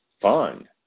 fun